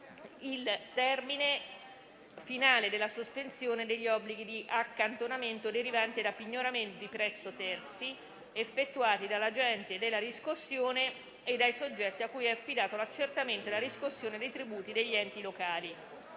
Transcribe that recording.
il termine finale della sospensione degli obblighi di accantonamento derivanti da pignoramenti presso terzi, effettuati dall'agente della riscossione e dai soggetti a cui è affidato l'accertamento e la riscossione dei tributi degli enti locali.